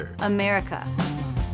America